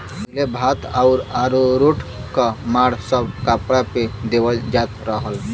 पहिले भात आउर अरारोट क माड़ सब कपड़ा पे देवल जात रहल